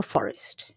Forest